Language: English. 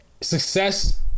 success